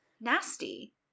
Nasty